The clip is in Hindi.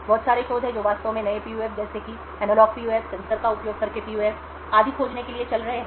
बहुत सारे शोध हैं जो वास्तव में नए पीयूएफ जैसे कि एनालॉग पीयूएफ सेंसर का उपयोग करके पीयूएफ आदि खोजने के लिए चल रहे हैं